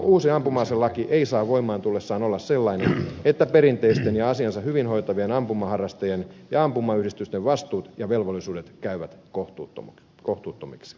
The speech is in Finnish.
uusi ampuma aselaki ei saa voimaan tullessaan olla sellainen että perinteisten ja asiansa hyvin hoitavien ampumaharrastajien ja ampumayhdistysten vastuut ja velvollisuudet käyvät kohtuuttomiksi